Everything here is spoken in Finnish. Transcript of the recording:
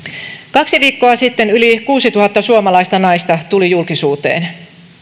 kaksi viikkoa sitten yli kuusituhatta suomalaista naista tuli julkisuuteen